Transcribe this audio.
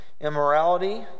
immorality